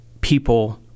people